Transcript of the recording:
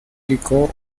licor